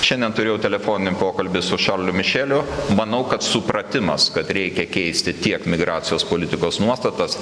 šiandien turėjau telefoninį pokalbį su šarliu mišeliu manau kad supratimas kad reikia keisti tiek migracijos politikos nuostatas